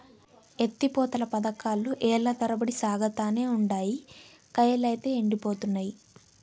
ఎత్తి పోతల పదకాలు ఏల్ల తరబడి సాగతానే ఉండాయి, కయ్యలైతే యెండిపోతున్నయి